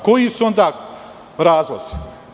Koji su onda razlozi?